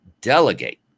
delegate